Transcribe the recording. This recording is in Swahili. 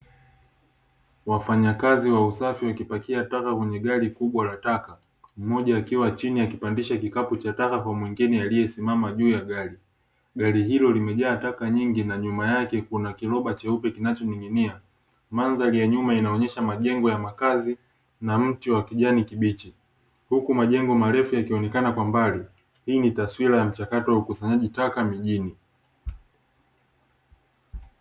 Wafanyakazi wa usafi wakipakia taka kwenye gari kubwa la taka, mmoja akiwa chini akipandisha kikapu cha taka kwa mwingine aliyesimama juu ya gari. Gari hilo limejaa taka nyingi na nyuma yake kuna kiroba cheupe kinachomiminia. Mandhari ya nyuma inaonyesha majengo ya makazi na mti wa kijani kibichi, huku majengo marefu yakionenakana kwa mbali, hii ni taswira ya mchakato wa ukusanyaji taka mijini.